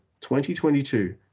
2022